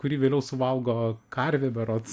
kurį vėliau suvalgo karvė berods